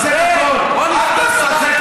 לא אתה תגיד לי לסתום את הפה.